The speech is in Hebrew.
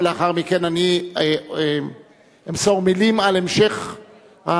ולאחר מכן אני אמסור מלים על המשך סדר-היום,